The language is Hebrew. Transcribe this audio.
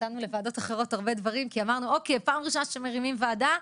נתנו לוועדות אחרות הרבה דברים כי אמרנו: פעם ראשונה שמרימים ועדה,